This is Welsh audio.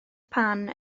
pan